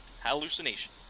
hallucination